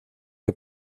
que